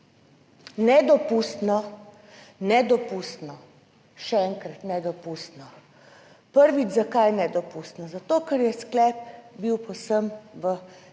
Nedopustno. Nedopustno. Še enkrat, nedopustno! Prvič, zakaj nedopustno? Zato ker je sklep bil povsem v skladu